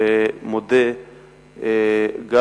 ומודה גם